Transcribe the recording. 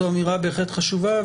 זו אמירה בהחלט חשובה,